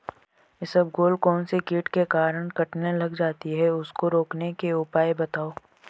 इसबगोल कौनसे कीट के कारण कटने लग जाती है उसको रोकने के उपाय बताओ?